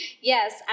Yes